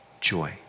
joy